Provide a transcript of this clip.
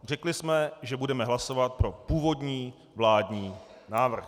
Řekli jsme, že budeme hlasovat pro původní vládní návrh.